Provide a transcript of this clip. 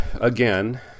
again